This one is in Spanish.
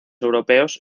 europeos